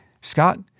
Scott